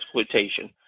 exploitation